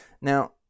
Now